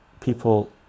people